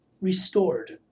restored